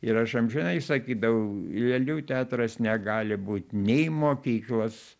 ir aš amžinai sakydavau lėlių teatras negali būt nei mokyklos